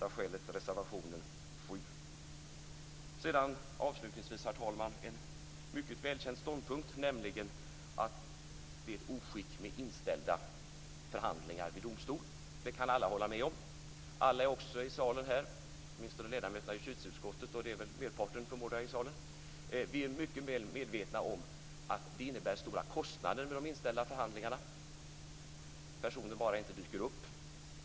Avslutningsvis, herr talman, vill jag ta upp en mycket välkänd ståndpunkt, nämligen att det är ett oskick med inställda förhandlingar vid domstol. Det kan alla hålla med om. Alla i salen här - åtminstone ledamöterna av justitieutskottet, och det är väl merparten förmodar jag - är mycket väl medvetna om att det innebär stora kostnader med de inställda förhandlingarna. Personer dyker helt enkelt inte upp.